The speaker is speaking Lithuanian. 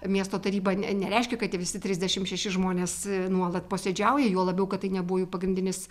miesto taryba ne nereiškia kad tie visi trisdešimt šeši žmonės nuolat posėdžiauja juo labiau kad tai nebuvo jų pagrindinis